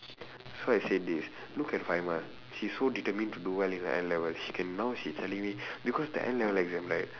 so I said this look at she's so determined to do well in her N level she can now she telling me because the N level exam right